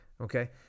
Okay